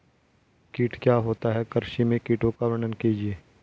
कीट क्या होता है कृषि में कीटों का वर्णन कीजिए?